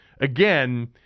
again